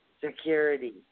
security